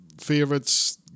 favorites